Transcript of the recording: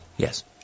Yes